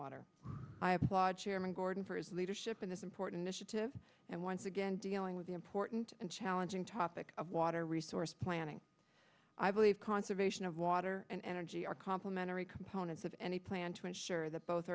water i applaud chairman gordon for his leadership in this important initiative and once again dealing with the important and challenging topic of water resource planning i believe conservation of water and energy are complimentary components of any plan to ensure that both